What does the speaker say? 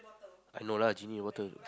I know lah genie water